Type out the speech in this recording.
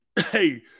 Hey